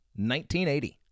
1980